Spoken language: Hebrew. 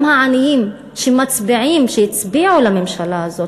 גם העניים שהצביעו לממשלה הזאת,